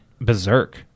berserk